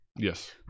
Yes